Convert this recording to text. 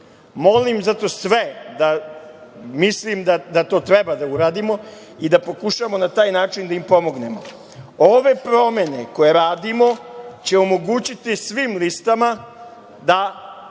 doživi. Zato sve molim, mislim da to treba da uradimo i da pokušamo na taj način da im pomognemo. Ove promene koje radimo će omogućiti svim listama da